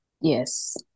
yes